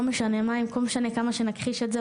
לא משנה מה ולא משנה כמה שנכחיש את זה,